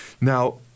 Now